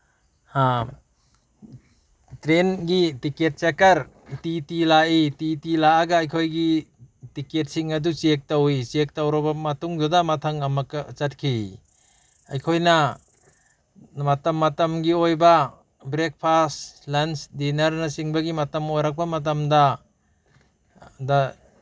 ꯇ꯭ꯔꯦꯟꯒꯤ ticket checker T T ꯂꯥꯛꯏ T T ꯂꯥꯛꯑꯒ ꯑꯩꯈꯣꯏꯒꯤ ꯇꯤꯀꯦꯠꯁꯤꯡ ꯑꯗꯨ ꯆꯦꯛ ꯇꯧꯋꯤ ꯆꯦꯛ ꯇꯧꯔꯕ ꯃꯇꯨꯡꯗꯨꯗ ꯃꯊꯪ ꯑꯃꯛꯀ ꯆꯠꯈꯤ ꯑꯩꯈꯣꯏꯅ ꯃꯇꯝ ꯃꯇꯝꯒꯤ ꯑꯣꯏꯕ ꯕ꯭ꯔꯦꯛꯐꯥꯁ ꯂꯟꯁ ꯗꯤꯅꯔꯅꯆꯤꯡꯕꯒꯤ ꯃꯇꯝ ꯑꯣꯏꯔꯛꯄ ꯃꯇꯝꯗ